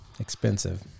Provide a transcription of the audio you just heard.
expensive